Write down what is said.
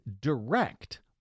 direct